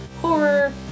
horror